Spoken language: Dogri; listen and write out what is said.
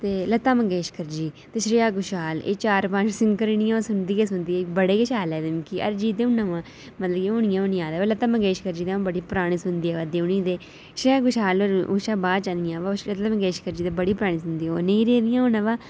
ते लता मंगेशकर जी ते श्रेया घोषाल एह् चार पंज सिंगर गी अ'ऊं सुनदी गै सुनदी बड़े गै शैल लगदे मिगी अरिजीत ते हून नमां हूनै ई हूनै ई नमां आया दा पर लता मंगेशकर होरें गी अ'ऊं बड़े पराने सुनदी आवा निं ते श्रेया घोषाल ते उं'दे बाद च गै आइयां पर लता मंगेशकर होर बड़ियां परानियां न पर हून नेईं रेह्दियां न